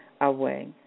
Away